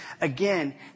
again